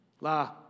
La